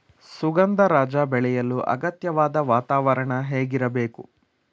ಸುಗಂಧರಾಜ ಬೆಳೆಯಲು ಅಗತ್ಯವಾದ ವಾತಾವರಣ ಹೇಗಿರಬೇಕು?